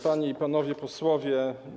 Panie i Panowie Posłowie!